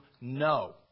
No